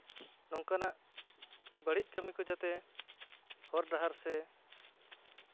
ᱱᱚᱝᱠᱟᱱᱟᱜ ᱵᱟᱹᱲᱤᱡ ᱠᱟᱹᱢᱤ ᱠᱚ ᱡᱟᱛᱮ ᱦᱚᱨ ᱰᱟᱦᱟᱨ ᱥᱮ